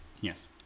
Yes